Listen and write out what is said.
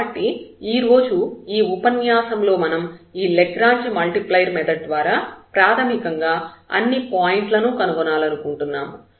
కాబట్టి ఈరోజు ఈ ఉపన్యాసం లో మనం ఈ లాగ్రాంజ్ మల్టిప్లైయర్ మెథడ్ ద్వారా ప్రాథమికంగా అన్ని పాయింట్లను కనుగొనాలనుకుంటున్నాము